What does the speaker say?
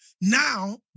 Now